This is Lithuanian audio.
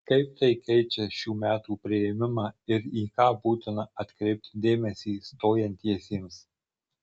kaip tai keičią šių metų priėmimą ir į ką būtina atkreipti dėmesį stojantiesiems